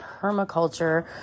permaculture